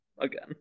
Again